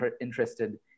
interested